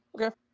Okay